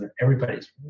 Everybody's